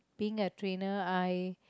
being a trainer I